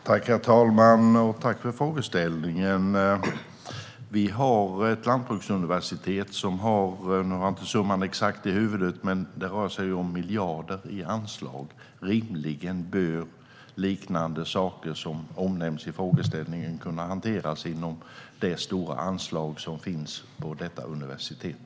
Herr talman! Tack för frågeställningen! Nu har jag inte den exakta summan i huvudet, men det är ett lantbruksuniversitet som har miljarder i anslag. Rimligen bör liknande saker som de som omnämns i frågeställningen kunna hanteras inom det stora anslag som finns på detta universitet.